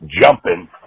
jumping